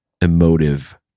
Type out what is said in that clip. emotive